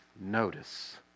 notice